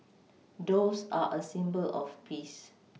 doves are a symbol of peace